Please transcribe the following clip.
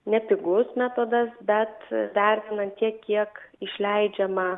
nepigus metodas bet vertinant tiek kiek išleidžiama